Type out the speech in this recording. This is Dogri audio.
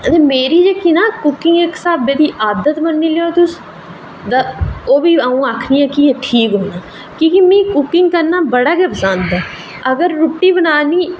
ते मेरी जेह्की ना इक्क स्हाबै दी आदत मन्नी लैओ तुस ओह्बी अं'ऊ आखनी कि ठीक की के मिगी कुकिंग करना बड़ा गै पसंद ऐ अगर रुट्टी बनानी